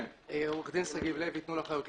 אני מ"תנו לחיות לחיות".